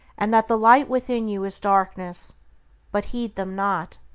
and that the light within you is darkness but heed them not.